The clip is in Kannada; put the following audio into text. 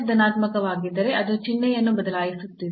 ಧನಾತ್ಮಕವಾಗಿದ್ದರೆ ಅದು ಚಿಹ್ನೆಯನ್ನು ಬದಲಾಯಿಸುತ್ತಿದೆ